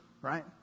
right